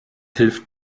hilft